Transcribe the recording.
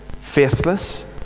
faithless